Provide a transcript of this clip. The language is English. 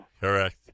Correct